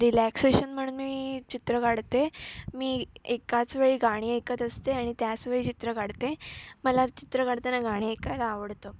relaxation म्हणून मी चित्र काढते मी एकाच वेळी गाणी ऐकत असते आणि त्याचवेळी चित्र काढते मला चित्र काढताना गाणी ऐकायला आवडतं